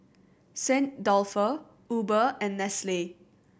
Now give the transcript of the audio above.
Saint Dalfour Uber and Nestle